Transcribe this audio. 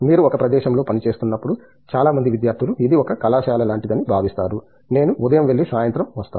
మీరు ఒక ప్రదేశంలో పనిచేస్తున్నప్పుడు చాలా మంది విద్యార్థులు ఇది ఒక కళాశాల లాంటిదని భావిస్తారు నేను ఉదయం వెళ్లి సాయంత్రం వస్తాను